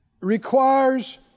Requires